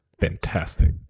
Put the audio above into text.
Fantastic